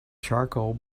charcoal